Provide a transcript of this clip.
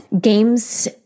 Games